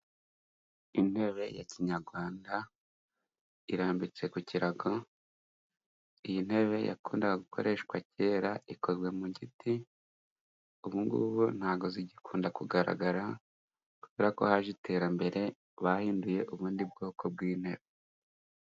Intebe ya kinyarwanda irambitse ku kirago. Iyi ntebe yakundaga gukoreshwa kera, ikozwe mu giti. Ubungubu ntabwo zigikunda kugaragara kubera ko haje iterambere, bahinduye ubundi bwoko bw'intebe.